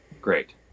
great